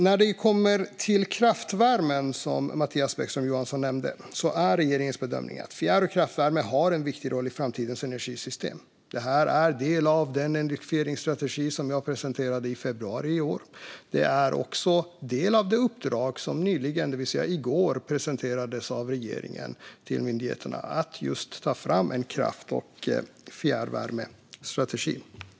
När det kommer till kraftvärmen, som Mattias Bäckström Johansson nämnde, är regeringens bedömning att fjärr och kraftvärme har en viktig roll i framtidens energisystem. Det är en del av den elektrifieringsstrategi som jag presenterade i februari i år. Det är också en del av det uppdrag som nyligen, det vill säga i går, presenterades av regeringen till myndigheterna om att just ta fram en kraft och fjärrvärmestrategi.